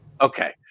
Okay